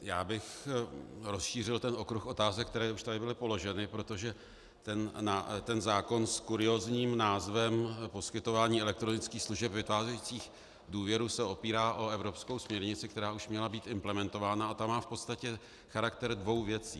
Já bych rozšířil okruh otázek, které už tady byly položeny, protože ten zákon s kuriózním názvem poskytování elektronických služeb vytvářejících důvěru se opírá o evropskou směrnici, která už měla být implementována, a ta má v podstatě charakter dvou věcí.